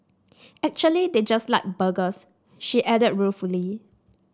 actually they just like burgers she adds ruefully